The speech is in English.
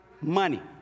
money